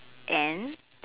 and